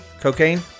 Cocaine